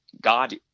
God—